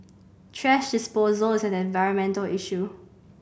thrash disposal is an environmental issue